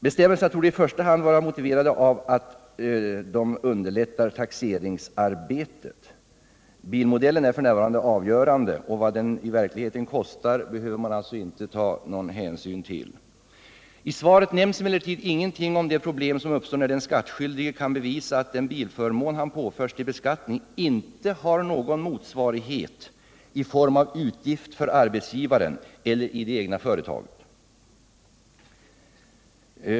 Bestämmelserna torde i första hand vara motiverade av att de underlättar taxeringsarbetet. Bilmodellen är f. n. avgörande. Vad bilen i verkligheten kostat behöver man alltså inte ta någon hänsyn till. I svaret nämns emellertid ingenting om de problem som uppstår när den skattskyldige kan bevisa att den bilförmån han påförts till beskattning inte har någon motsvarighet i form av en utgift för arbetsgivaren eller i det egna företaget.